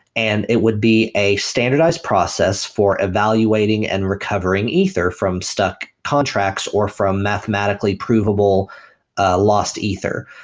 and it would be a standardized process for evaluating and recovering ether from stuck contracts or from mathematically provable ah lost ether.